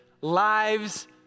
lives